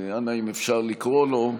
אנא, אם אפשר לקרוא לו.